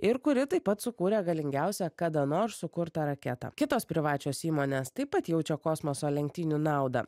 ir kuri taip pat sukūrė galingiausią kada nors sukurtą raketą kitos privačios įmonės taip pat jaučia kosmoso lenktynių naudą